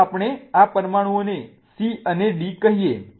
ચાલો આપણે આ પરમાણુઓને C અને D કહીએ